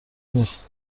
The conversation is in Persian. نیست